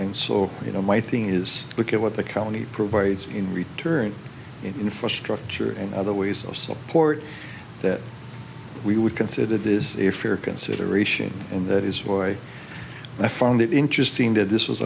and so you know my thing is look at what the county provides in return infrastructure and other ways of support that we would consider that is a fair consideration and that is why i found it interesting that this was